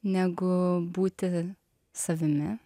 negu būti savimi